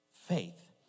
faith